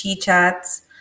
Chats